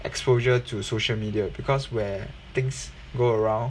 exposure to social media because where things go around